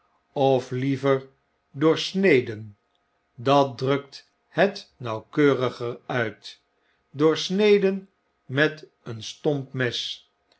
of liever doorgesneden dat drukt het nauwkeuriger uit doorgesneden met een stomp mes